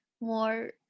More